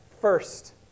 first